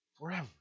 Forever